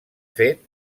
fet